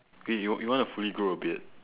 wait you you want to fully grow a beard